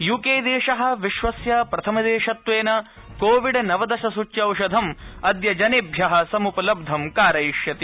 यूकेदेशः विश्वस्य प्रथम देशत्वेन कोविड् नवदशसूच्यौषधम् अद्य जनेभ्यः सम्पलब्धं कारयिष्यति